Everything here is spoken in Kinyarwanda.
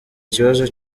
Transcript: ikibazo